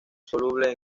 soluble